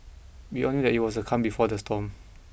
we all knew that it was the calm before the storm